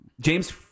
James